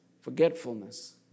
forgetfulness